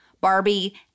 Barbie